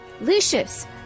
Lucius